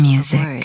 Music